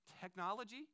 Technology